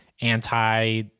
anti